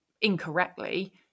incorrectly